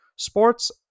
sports